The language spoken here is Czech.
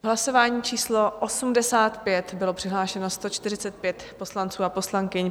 Hlasování číslo 85, bylo přihlášeno 145 poslanců a poslankyň.